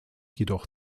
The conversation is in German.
jedoch